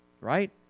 right